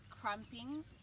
cramping